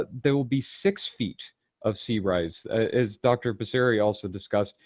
there will be six feet of sea rise. as dr. passeri also discussed,